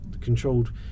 controlled